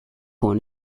horn